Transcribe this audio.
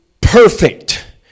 perfect